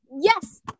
Yes